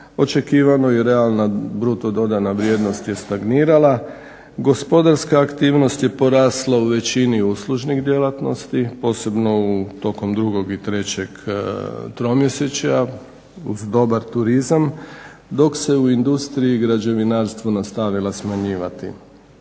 očekivano i realno bruto dodana vrijednost je stagnirala, gospodarska aktivnost je porasla u većini uslužnih djelatnosti posebno tokom 2 i 3 tromjesečja uz dobar turizam, dok se u industriji, i građevinarstvu nastavila smanjivati.